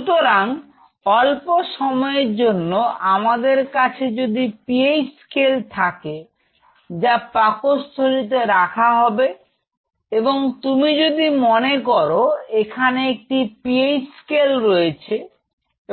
সুতরাং অল্প সময়ের জন্য আমাদের কাছে যদি পিএইচ স্কেল থাকে যা পাকস্থলীতে রাখা হবে এবং তুমি যদি মনে করো এখানে একটি PH স্কেল রয়েছে